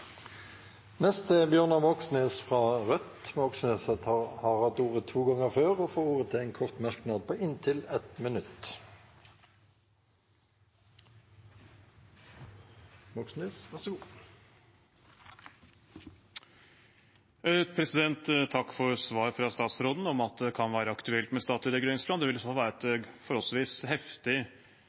Bjørnar Moxnes har hatt ordet to ganger tidligere og får ordet til en kort merknad, begrenset til 1 minutt. Takk for svaret fra statsråden om at det kan være aktuelt med statlig reguleringsplan. Det vil i så fall være et forholdsvis heftig